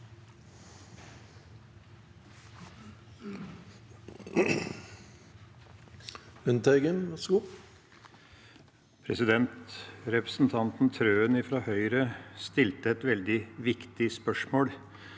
Representan- ten Trøen fra Høyre stilte et veldig viktig spørsmål: